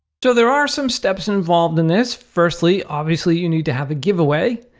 so there are some steps involved in this. firstly, obviously you need to have a giveaway.